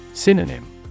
Synonym